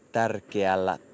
tärkeällä